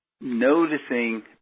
noticing